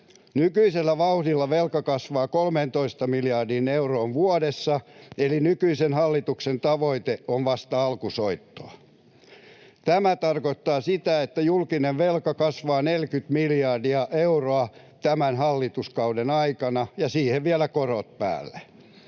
Nykyisellä vauhdilla velka kasvaa 13 miljardiin euroon vuodessa, eli nykyisen hallituksen tavoite on vasta alkusoittoa. Tämä tarkoittaa sitä, että julkinen velka kasvaa 40 miljardia euroa tämän hallituskauden aikana ja siihen vielä korot päälle.